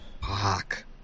Fuck